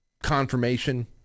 confirmation